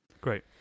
Great